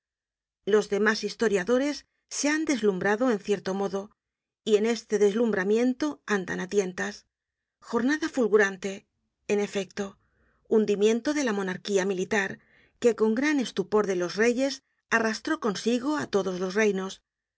los demás historiadores se han deslumbrado en cierto modo y en este deslumbramiento andan á tientas jornada fulgurante en efecto hundimiento de la monarquía militar que con gran estupor de los reyes una